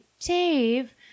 Dave